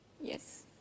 Yes